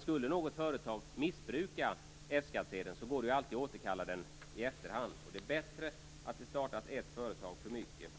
Skulle något företag missbruka F skattsedeln, går det ju alltid att återkalla den i efterhand. Det är bättre att det startas ett företag för mycket